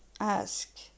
ask